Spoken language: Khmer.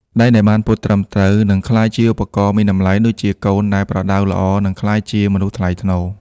ដែកដែលបានពត់ត្រឹមត្រូវ នឹងក្លាយជាឧបករណ៍មានតម្លៃ ដូចជាកូនដែលប្រដៅល្អនឹងក្លាយជាមនុស្សថ្លៃថ្នូរ។